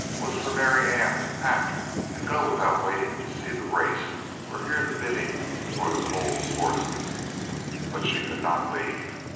was for marianne to pack and go without waiting to see the race or hear the bidding for the coles horses but she could not leave.